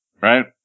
Right